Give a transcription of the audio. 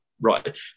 Right